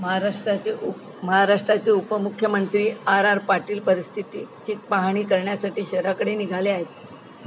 महाराष्ट्राचे उप महाराष्ट्राचे उपमुख्यमंत्री आर आर पाटील परिस्थितीची पाहाणी करण्यासाठी शहराकडे निघाले आहेत